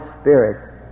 Spirit